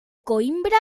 coímbra